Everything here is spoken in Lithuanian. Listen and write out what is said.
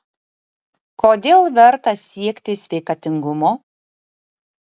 kodėl verta siekti sveikatingumo